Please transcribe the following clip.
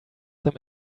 them